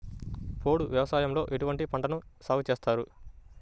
పోడు వ్యవసాయంలో ఎటువంటి పంటలను సాగుచేస్తారు?